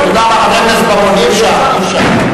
בר-און, אי-אפשר, אי-אפשר.